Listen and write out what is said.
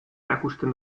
erakusten